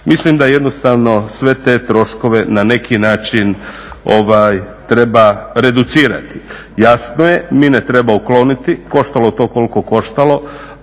Mislim da jednostavno sve te troškove na neki način treba reducirati. Jasno je, mine treba ukloniti, koštalo to koliko koštalo,